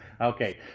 Okay